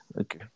Okay